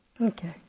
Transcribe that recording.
Okay